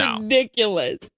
ridiculous